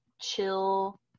chill